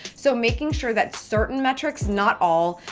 so making sure that certain metrics, not all,